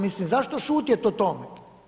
Mislim zašto šutjet o tome?